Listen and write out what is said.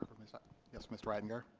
um yes ah yes mr. reitinger.